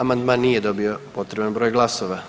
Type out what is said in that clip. Amandman nije dobio potreban broj glasova.